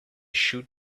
shoot